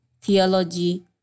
theology